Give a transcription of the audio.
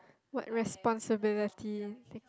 what responsibility that